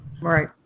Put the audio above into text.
Right